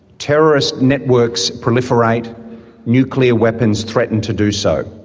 terrorist networks proliferate nuclear weapons threaten to do so.